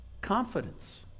Confidence